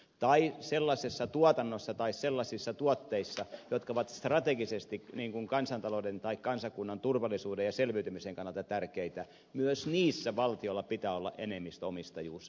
myös sellaisessa tuotannossa tai sellaisissa tuotteissa jotka ovat strategisesti kansantalouden tai kansakunnan turvallisuuden ja selviytymisen kannalta tärkeitä valtiolla pitää olla enemmistöomistajuus